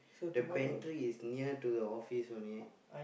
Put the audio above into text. the pantry is near to the office only